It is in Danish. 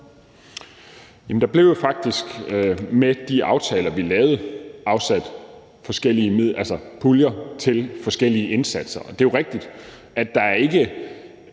Der blev jo faktisk med de aftaler, vi lavede, afsat puljer til forskellige indsatser. Og det er jo rigtigt, at det ikke